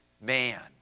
man